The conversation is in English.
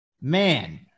Man